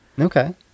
Okay